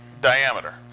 Diameter